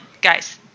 guys